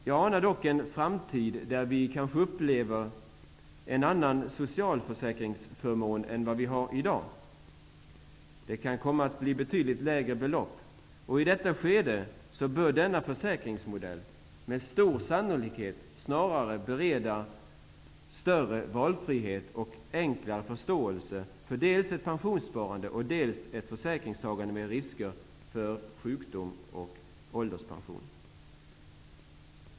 Jag anar dock en framtid där vi kanske upplever en annan socialförsäkringsförmån än den vi har i dag. Det kan komma att bli betydligt lägre belopp. I detta skede bör denna försäkringsmodell med stor sannoliket snarare bereda större valfrihet och enklare förståelse för dels ett pensionssparande, dels ett försäkringstagande med risker för sjukdom och ålderspension.